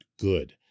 good